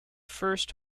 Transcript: first